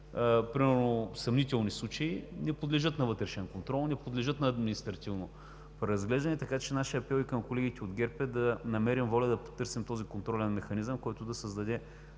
примерно съмнителни случаи не подлежат на вътрешен контрол, не подлежат на административно преразглеждане. Така че нашият апел към колегите от ГЕРБ е да намерим воля да потърсим този контролен механизъм, който да създаде